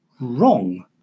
wrong